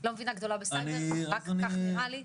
לא מבינה גדולה בסייבר, רק כך נראה לי.